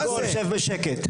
תרנגול, שב בשקט.